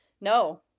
No